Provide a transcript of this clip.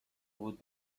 بود